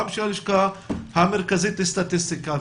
גם של הלשכה המרכזית לסטטיסטיקה,